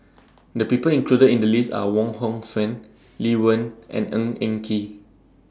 The People included in The list Are Wong Hong Suen Lee Wen and Ng Eng Kee